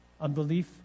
Unbelief